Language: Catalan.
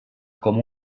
com